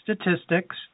statistics